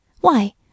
Why